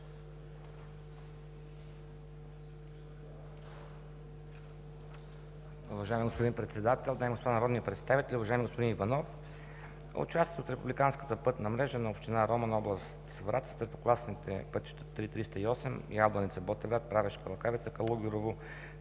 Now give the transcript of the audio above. Уважаеми господин Председател, дами и господа народни представители, уважаеми господин Иванов! В участъка от републиканската мрежа на община Роман, област Враца, третокласните пътища 3-308 – Ябланица – Ботевград – Правешка Лъкавица – Калугерово